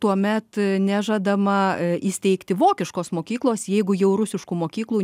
tuomet nežadama įsteigti vokiškos mokyklos jeigu jau rusiškų mokyklų